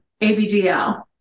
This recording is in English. ABDL